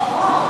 אוהו.